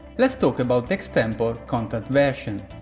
let's talk about extempore content version.